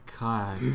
God